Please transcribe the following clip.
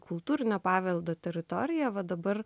kultūrinio paveldo teritoriją va dabar